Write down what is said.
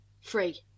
Free